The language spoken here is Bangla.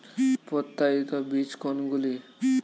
প্রত্যায়িত বীজ কোনগুলি?